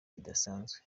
kidasanzwe